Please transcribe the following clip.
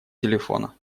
телефона